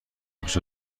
بیست